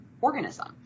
organism